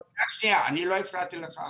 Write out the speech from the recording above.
רק שנייה, אני לא הפרעתי לך.